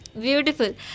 Beautiful